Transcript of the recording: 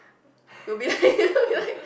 we'll be like we'll be like